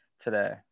today